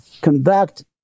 conduct